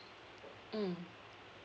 mm